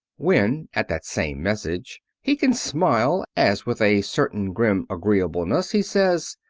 when, at that same message, he can smile, as with a certain grim agreeableness he says,